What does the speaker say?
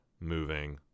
moving